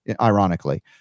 ironically